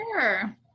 sure